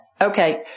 Okay